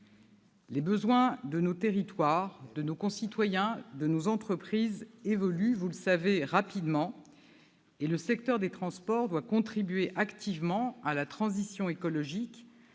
Les besoins de nos territoires, de nos concitoyens, de nos entreprises, évoluent, vous le savez, rapidement, et le secteur des transports doit contribuer activement à la transition écologique,